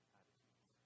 attitudes